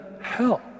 hell